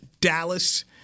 Dallas